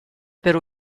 per